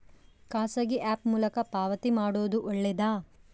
ಖಾಸಗಿ ಆ್ಯಪ್ ಮೂಲಕ ಪಾವತಿ ಮಾಡೋದು ಒಳ್ಳೆದಾ?